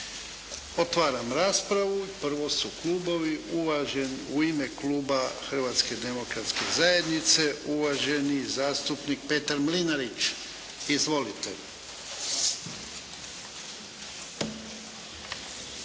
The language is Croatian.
Otvaram raspravu. Prvo su klubovi. Uvažen, u ime Kluba Hrvatske demokratske zajednice uvaženi zastupnik Petar Mlinarić. Izvolite.